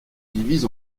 divise